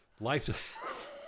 life